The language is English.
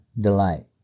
delight